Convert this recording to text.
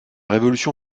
révolution